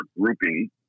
grouping